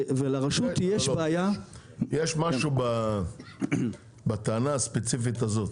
ולרשות יש בעיה --- יש משהו בטענה הספציפית הזאת,